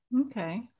Okay